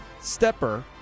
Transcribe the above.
Stepper